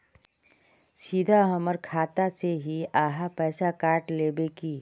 सीधा हमर खाता से ही आहाँ पैसा काट लेबे की?